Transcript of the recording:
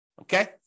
Okay